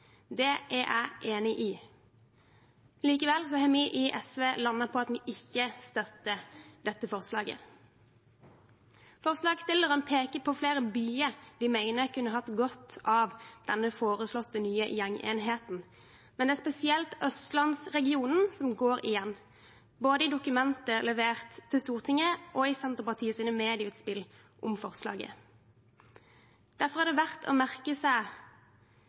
Det er jeg enig i. Likevel har vi i SV landet på at vi ikke støtter dette forslaget. Forslagsstillerne peker på flere byer de mener kunne hatt godt av denne foreslåtte nye gjengenheten, men det er spesielt østlandsregionen som går igjen, både i dokumentet som er levert til Stortinget, og i Senterpartiets medieutspill om forslaget. Derfor er det verdt å merke seg